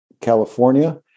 California